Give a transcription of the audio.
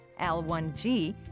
L1G